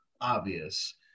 obvious